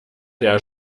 der